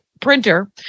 printer